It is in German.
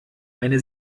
eine